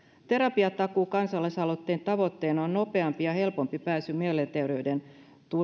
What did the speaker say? terapiatakuu kansalaisaloitteen tavoitteena on nopeampi ja helpompi pääsy mielenterveystuen